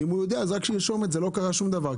ואם הוא יודע אז רק שירשום את זה, לא קרה שום דבר.